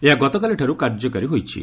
ଏହା ଗତକାଲିଠାରୁ କାର୍ଯ୍ୟକାରୀ ହୋଇଛି